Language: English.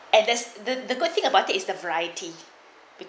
and there's the the good thing about it is the variety